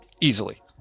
Easily